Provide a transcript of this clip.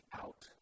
out